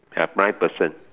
a blind person